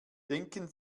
denken